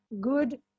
good